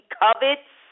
covets